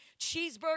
cheeseburger